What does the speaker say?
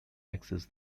access